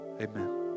Amen